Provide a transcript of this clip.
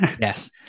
Yes